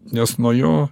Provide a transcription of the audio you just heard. nes nuo jo